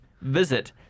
visit